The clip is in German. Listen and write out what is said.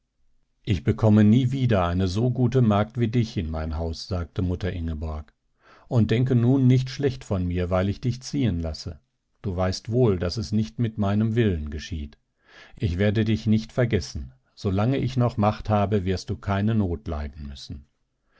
ich bekomme nie wieder eine so gute magd wie dich in mein haus sagte mutter ingeborg und denke nun nicht zu schlecht von mir weil ich dich ziehen lasse du weißt wohl daß es nicht mit meinem willen geschieht ich werde dich nicht vergessen solange ich noch macht habe wirst du keine not leiden müssen